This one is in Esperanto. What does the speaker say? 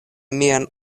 mian